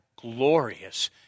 glorious